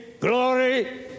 glory